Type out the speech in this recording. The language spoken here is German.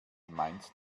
meinst